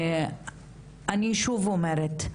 אני שוב אומרת,